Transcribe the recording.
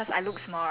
small